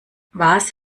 was